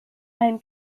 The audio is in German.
ein